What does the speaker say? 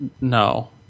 No